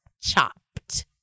Chopped